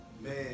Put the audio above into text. Man